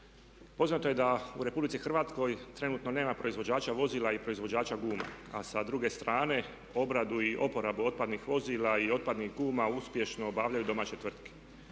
Poznato je da u RH trenutno nema proizvođača vozila i proizvođača guma a sa druge strane obradu i oporabu otpadnih vozila i otpadnih guma uspješno obavljaju domaće tvrtke.